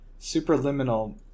Superliminal